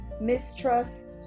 mistrust